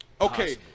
okay